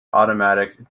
automatic